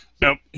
Nope